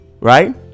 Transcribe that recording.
Right